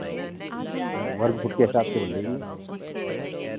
या वर्ग फ़ुट के हिसाब से मिलेगी फिर